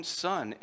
son